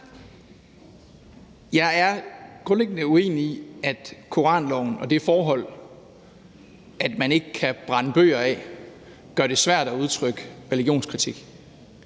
Jeg er grundlæggende uenig i, at koranloven og det forhold, at man ikke kan brænde bøger af, gør det svært at udtrykke religionskritik.